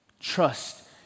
trust